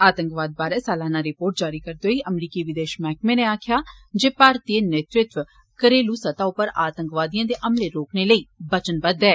आतंकवाद बारै सलाना रिपोर्ट जारी करदे होई अमरीकी विदेश मैहकमे नै आक्खेआ ऐ जे भारतीय नेतृत्व घरेलु स्तह उप्पर आतंकवादिए दे हमले रोकने लेई बचनबद ऐ